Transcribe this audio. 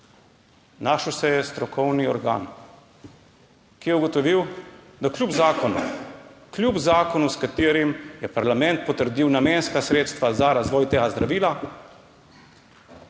našel se je strokovni organ, ki je ugotovil, da kljub zakonu, s katerim je parlament potrdil namenska sredstva za razvoj tega zdravila,